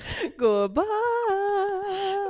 Goodbye